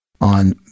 on